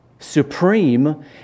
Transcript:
supreme